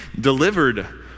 delivered